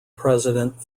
president